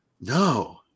No